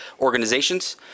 organizations